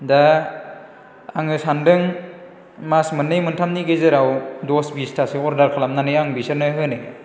दा आङो सानदों मास मोननै मोनथामनि गेजेराव दस बिसथासो अर्दार खालामनानै आं बिसोरनो होनो